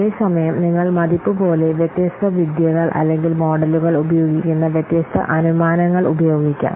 അതേസമയം നിങ്ങൾ മതിപ്പുപോലെ വ്യത്യസ്ത വിദ്യകൾ അല്ലെങ്കിൽ മോഡലുകൾ ഉപയോഗിക്കുന്ന വ്യത്യസ്ത അനുമാനങ്ങൾ ഉപയോഗിക്കാം